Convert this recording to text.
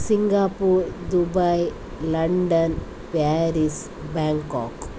Singapore Dubai London Paris Bangkok